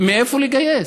מאיפה לגייס?